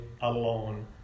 alone